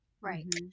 Right